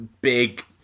Big